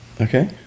Okay